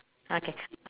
okay